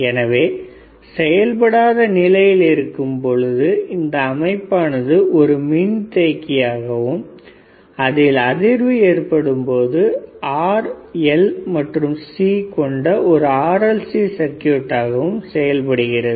எனவே செயல்படாத நிலையில் இருக்கும் இந்த அமைப்பானது ஒரு மின்தேக்கியாகவும் அதில் அதிர்வு ஏற்படும் பொழுது R L மற்றும் C கொண்ட ஓர் RLC சர்க்யூட் ஆகவும் செயல்படுகிறது